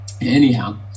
anyhow